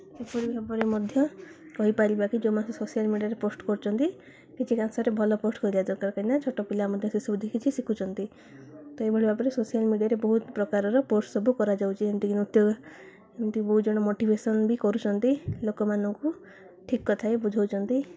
ସେହି ଭାବରେ ମଧ୍ୟ କହିପାରିବା କି ଯେଉଁମାନେ ସୋସିଆଲ୍ ମିଡ଼ିଆରେ ପୋଷ୍ଟ କରୁଛନ୍ତି କିଛି ଭଲ ପୋଷ୍ଟ କରିବା ଦରକାର କାହିଁକିନା ନା ଛୋଟ ପିଲା ମଧ୍ୟ ସେସବୁ ଦେଖିକି ଶିଖୁଛନ୍ତି ତ ଏଭଳି ଭାବରେ ସୋସିଆଲ୍ ମିଡ଼ିଆରେ ବହୁତ ପ୍ରକାରର ପୋଷ୍ଟ ସବୁ କରାଯାଉଛି ଯେମିତି ନୃତ୍ୟ ଏମିତି ବହୁତ ଜଣ ମୋଟିଭେସନ୍ ବି କରୁଛନ୍ତି ଲୋକମାନଙ୍କୁ ଠିକ୍ କଥାଏ ବୁଝଉଛନ୍ତି